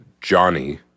Johnny